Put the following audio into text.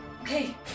Okay